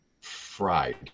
fried